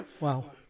Wow